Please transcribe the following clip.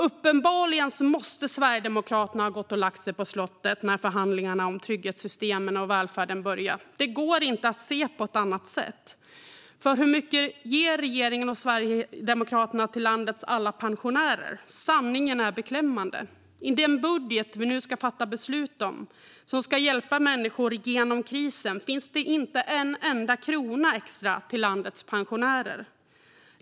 Uppenbarligen måste Sverigedemokraterna ha gått och lagt sig på slottet när förhandlingarna om trygghetssystemen och välfärden började. Det går inte att se det på ett annat sätt. För hur mycket ger regeringen och Sverigedemokraterna till landets alla pensionärer? Sanningen är beklämmande. I den budget vi nu ska fatta beslut om, som ska hjälpa människor igenom krisen, finns det inte en enda krona extra till landets pensionärer.